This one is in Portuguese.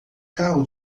carro